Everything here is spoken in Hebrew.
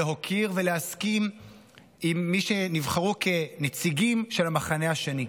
להוקיר ולהסכים עם מי שנבחרו כנציגים של המחנה השני.